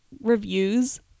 reviews